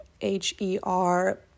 H-E-R